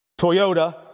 Toyota